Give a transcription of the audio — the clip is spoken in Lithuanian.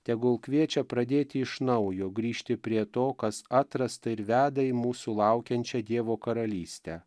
tegul kviečia pradėti iš naujo grįžti prie to kas atrasta ir veda į mūsų laukiančią dievo karalystę